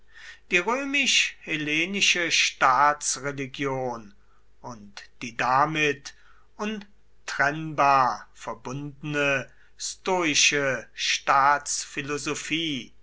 die römisch hellenische staatsreligion und die damit untrennbar verbundene stoische